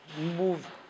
move